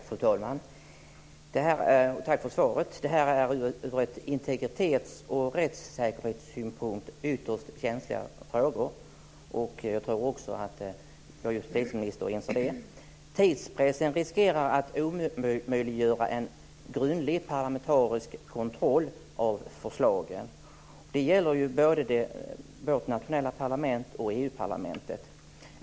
Fru talman! Tack för svaret! Det här är ur integritets och rättssäkerhetssynpunkt ytterst känsliga frågor. Jag tror också att vår justitieminister inser det. Tidspressen riskerar att omöjliggöra en grundlig parlamentarisk kontroll av förslagen. Det gäller både vårt nationella parlament och EU-parlamentet.